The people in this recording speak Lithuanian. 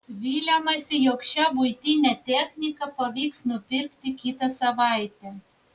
viliamasi jog šią buitinę techniką pavyks nupirkti kitą savaitę